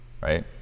right